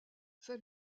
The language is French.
fait